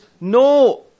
no